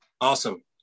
Awesome